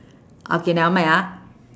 okay nevermind ah